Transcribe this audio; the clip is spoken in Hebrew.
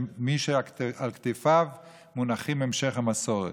של מי שעל כתפיו מונח המשך המסורת.